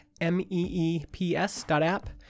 M-E-E-P-S.app